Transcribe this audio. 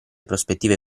prospettive